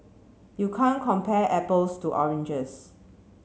you can't compare apples to oranges